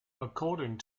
according